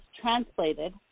translated